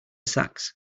sax